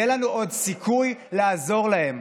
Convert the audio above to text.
יהיה לנו עוד סיכוי לעזור להם.